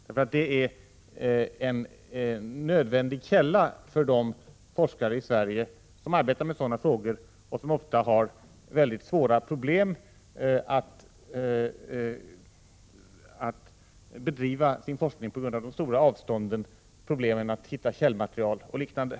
Det är nämligen en nödvändig källa för de forskare i Sverige som arbetar med sådana frågor och som ofta har svårt att bedriva sin forskning på grund av de stora avstånden och svårigheterna att hitta källmaterial och liknande.